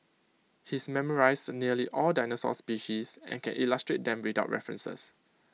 he's memorised nearly all dinosaur species and can illustrate them without references